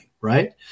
right